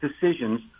decisions